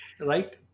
Right